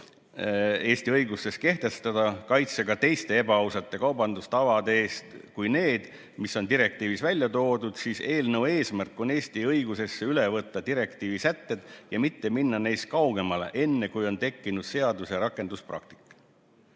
Eesti õiguses kehtestada kaitse ka teiste ebaausate kaubandustavade eest kui need, mis on direktiivis välja toodud, siis eelnõu eesmärk on Eesti õigusesse üle võtta direktiivi sätted ja mitte minna neist kaugemale enne, kui on tekkinud seaduse rakenduspraktika."